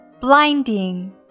Blinding